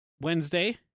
Wednesday